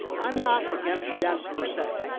i'm not against debt per se.